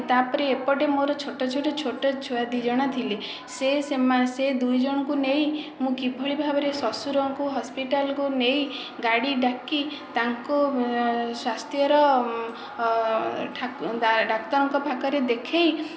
ତା'ପରେ ଏପଟେ ମୋର ଛୋଟ ଛୋଟ ଛୁଆ ଦୁଇ ଜଣ ଥିଲେ ସେ ସେମାନେ ସେ ଦୁଇ ଜଣଙ୍କୁ ନେଇ ମୁଁ କିଭଳି ଭାବରେ ଶ୍ୱଶୁରଙ୍କୁ ହସ୍ପିଟାଲକୁ ନେଇ ଗାଡ଼ି ଡାକି ତାଙ୍କୁ ତାଙ୍କ ସ୍ୱାସ୍ଥ୍ୟର ଡାକ୍ତରଙ୍କ ପାଖରେ ଦେଖାଇ